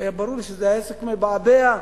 שהעסק מבעבע,